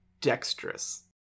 dexterous